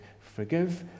forgive